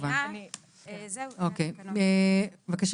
אני רק אבהיר